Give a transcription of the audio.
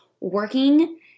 working